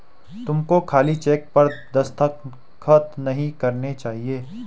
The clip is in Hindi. तुमको खाली चेक पर दस्तखत नहीं करने चाहिए